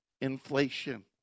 inflation